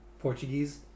portuguese